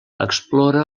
explora